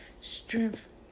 strength